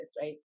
right